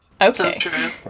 Okay